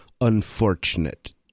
unfortunate